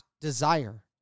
desire